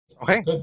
Okay